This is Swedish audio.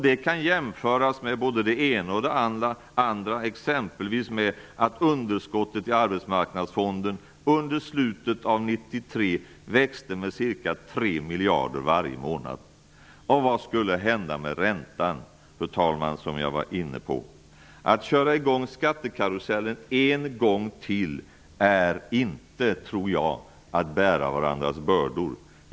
Det kan jämföras med både det ena och det andra, exempelvis med att underskottet i arbetsmarknadsfonden under slutet av 1993 växte med ca 3 miljarder varje månad. Fru talman! Vad skulle hända med räntan som jag tidigare var inne på? Att köra i gång skattekarusellen en gång till är inte, tror jag, att bära varandras bördor.